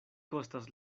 kostas